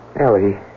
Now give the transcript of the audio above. Ellie